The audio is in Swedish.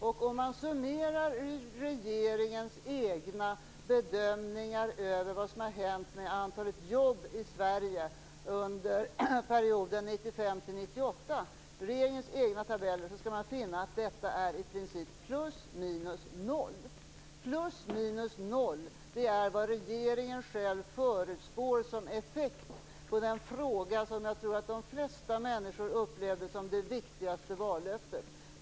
Om man summerar regeringens egna bedömningar över antalet jobb i Sverige under perioden 1995-1998 - regeringens egna tabeller - skall man finna att effekten i princip är plus minus noll. Plus minus noll är vad regeringen själv förutspår som effekt i den fråga som jag tror att de flesta människorna upplevde som det viktigaste vallöftet.